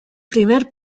primer